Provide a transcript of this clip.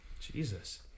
Jesus